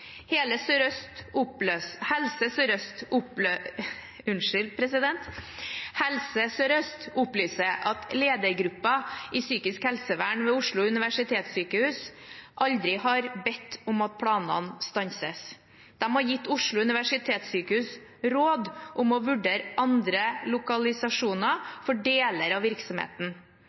Helse Sør-Øst opplyser at ledergruppen i psykisk helsevern ved Oslo universitetssykehus aldri har bedt om at planene stanses. De har gitt Oslo universitetssykehus råd om å vurdere andre lokalisasjoner for deler av virksomheten.